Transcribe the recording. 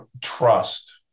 trust